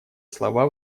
слова